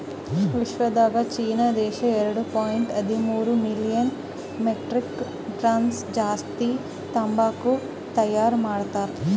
ವಿಶ್ವದಾಗ್ ಚೀನಾ ದೇಶ ಎರಡು ಪಾಯಿಂಟ್ ಹದಿಮೂರು ಮಿಲಿಯನ್ ಮೆಟ್ರಿಕ್ ಟನ್ಸ್ ಜಾಸ್ತಿ ತಂಬಾಕು ತೈಯಾರ್ ಮಾಡ್ತಾರ್